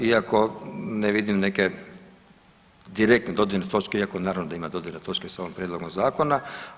Isto, iako ne vidim neke direktne dodirne točke, iako naravno da ima dodirne točke sa ovim prijedlogom zakona.